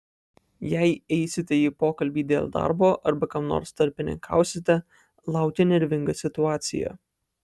jei eisite į pokalbį dėl darbo arba kam nors tarpininkausite laukia nervinga situacija